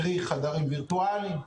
קרי חדרים וירטואליים,